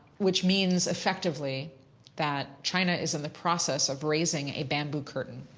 which means effectively that china is in the process of raising a bamboo curtain.